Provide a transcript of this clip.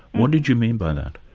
what did you mean by that?